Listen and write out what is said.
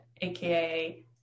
aka